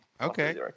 Okay